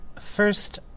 First